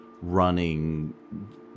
running